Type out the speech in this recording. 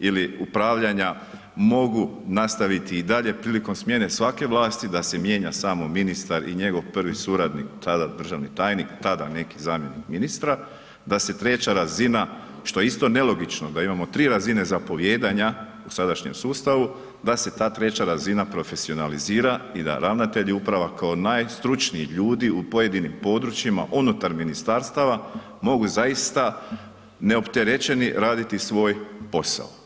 ili upravljanja mogu nastaviti i dalje prilikom smjene svake vlasti da se mijenja samo ministar i njegov prvi suradnik tada državni tajnik, tada neki zamjenik ministra, da se treća razina što je isto nelogično, da imamo tri razine zapovijedanja u sadašnjem sustavu, da se ta treća razina profesionalizira i da ravnatelji uprava kao najstručniji ljudi u pojedinim područjima unutar ministarstava mogu zaista neopterećeni raditi svoj posao.